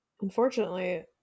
Unfortunately